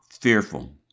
fearful